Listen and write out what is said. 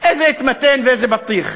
איזה התמתן ואיזה בטיח,